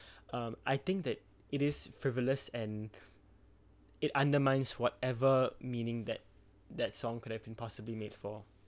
um I think that it is frivolous and it undermines whatever meaning that that song could have been possibly made for